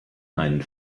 einen